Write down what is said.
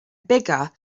bigger